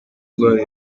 ndwara